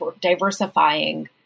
diversifying